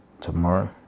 tomorrow